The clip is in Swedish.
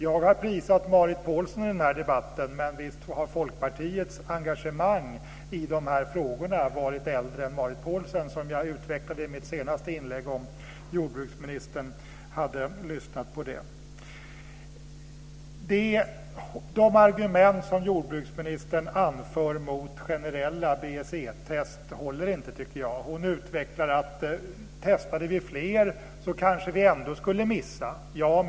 Jag har prisat Marit Paulsen i denna debatt, men visst är Folkpartiets engagemang i dessa frågor äldre än Marit Paulsens engagemang i Folkpartiet. Det utvecklade jag i mitt senaste inlägg, som jordbruksministern hade hört om hon hade lyssnat. De argument som jordbruksministern anför mot generella BSE-test håller inte, tycker jag. Hon utvecklade argumenten och sade att vi kanske skulle missa fall även om vi testade fler.